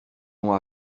ont